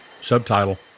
Subtitle